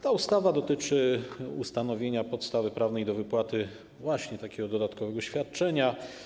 Ta ustawa dotyczy ustanowienia podstawy prawnej do wypłaty takiego dodatkowego świadczenia.